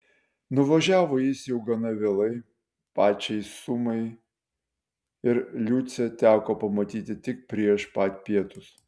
nuvažiavo jis jau gana vėlai pačiai sumai ir liucę teko pamatyti tik prieš pat pietus